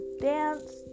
dance